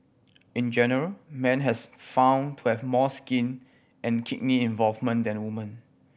in general men has found to have more skin and kidney involvement than women